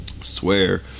Swear